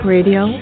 Radio